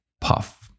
puff